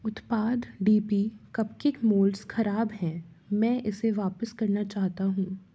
उत्पाद D P cupcake moulds ख़राब है मैं इसे वापस करना चाहता हूँ